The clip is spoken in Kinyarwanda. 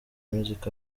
music